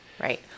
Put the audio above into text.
Right